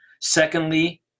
Secondly